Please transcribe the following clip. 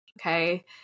Okay